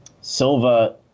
Silva